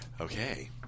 Okay